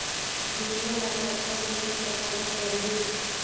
बीमा ला कतका महीना पटाना पड़ही?